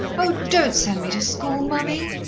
oh, don't send me to school, mummy.